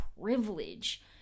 privilege